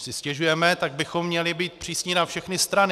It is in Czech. Když si stěžujeme, tak bychom měli být přísní na všechny strany.